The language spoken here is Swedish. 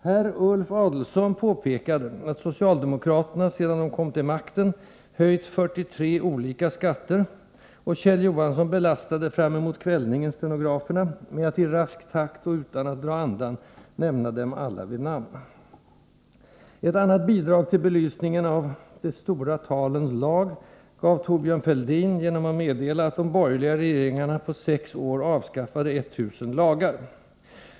Herr Ulf Adelsohn påpekade att socialdemokraterna sedan de kom till makten höjt 43 olika skatter, och Kjell Johansson belastade framemot kvällningen stenograferna med att i rask takt och utan att dra andan nämna dem alla vid namn. Ett annat bidrag till belysningen av ”de stora talens lag” gav Thorbjörn Fälldin genom att meddela att de borgerliga regeringarna på sex år avskaffade 1000 lagar.